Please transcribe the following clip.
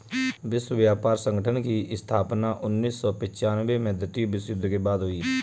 विश्व व्यापार संगठन की स्थापना उन्नीस सौ पिच्यानबें में द्वितीय विश्व युद्ध के बाद हुई